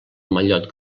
mallot